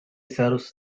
serves